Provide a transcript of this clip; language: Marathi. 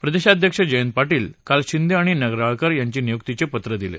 प्रदेशाध्यक्ष जयंत पाटील काल शिंदे आणि नगराळकर यांना नियुक्तीची पत्रं दिली